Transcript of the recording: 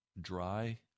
dry